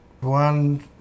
One